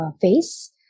face